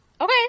Okay